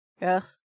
Yes